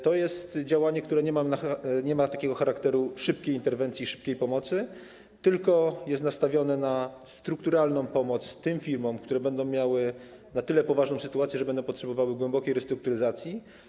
To jest działanie, które nie ma charakteru szybkiej interwencji, szybkiej pomocy, tylko jest nastawione na strukturalną pomoc tym firmom, które będą miały na tyle poważną sytuację, że będą potrzebowały głębokiej restrukturyzacji.